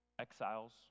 exiles